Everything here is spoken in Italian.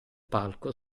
palco